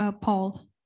Paul